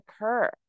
occur